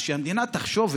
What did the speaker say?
אז שהמדינה תחשוב,